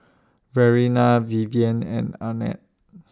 Verena Vivien and Arnett